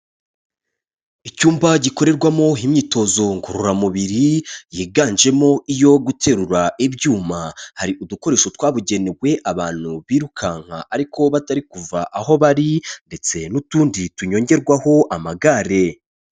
Icyumba gikorerwamo imyitozo ngororamubiri, yiganjemo iyo guterura ibyuma, hari udukoresho twabugenewe abantu birukanka ariko batari kuva aho bari ndetse n'utundi tunyongerwaho amagare.